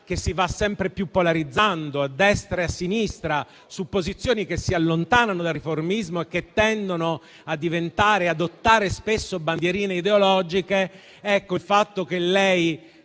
che si va sempre più polarizzando, a destra e a sinistra, su posizioni che si allontanano dal riformismo e tendono a diventare ideologiche e adottare spesso bandierine ideologiche. Il fatto che lei